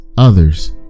others